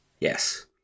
Yes